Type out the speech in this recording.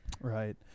right